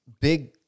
Big